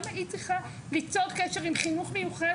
למה היא צריכה ליצור קשר עם חינוך מיוחד